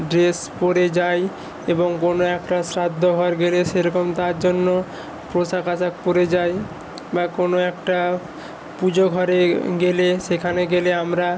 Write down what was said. dress পরে যায় এবং কোনো একটা শ্রাদ্ধ ঘর গেলে সেরকম তার জন্য পোশাক আশাক পরে যায় বা কোনো একটা পুজো ঘরে গেলে সেখানে গেলে আমরা